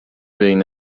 بین